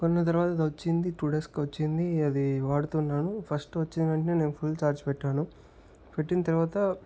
కొన్న తర్వాత వచ్చింది టు డేస్కి వచ్చింది అది వాడుతున్నాను ఫస్ట్ వచ్చిన వెంటనే నేను ఫుల్ ఛార్జ్ పెట్టాను పెట్టిన తర్వాత